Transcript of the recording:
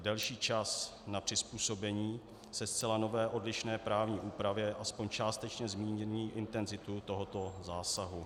Delší čas na přizpůsobení se zcela nové odlišné právní úpravě aspoň částečně zmírní intenzitu tohoto zásahu.